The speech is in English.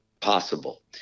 possible